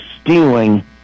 stealing